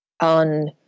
on